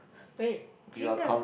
wait gym mem~